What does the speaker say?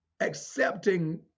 accepting